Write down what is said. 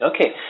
Okay